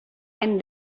and